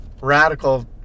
radical